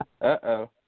Uh-oh